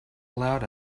allowed